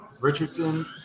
Richardson